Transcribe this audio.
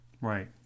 Right